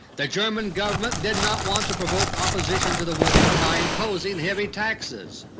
the german government did not want to provoke opposition to the war by imposing heavy taxes,